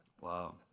Wow